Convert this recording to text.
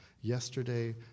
Yesterday